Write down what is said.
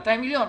נכון?